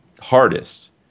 hardest